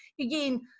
again